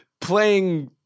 playing